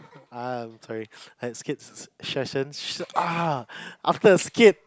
um sorry as kids session ah after a skit